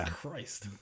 Christ